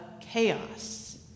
chaos